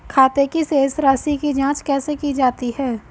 खाते की शेष राशी की जांच कैसे की जाती है?